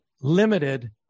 limited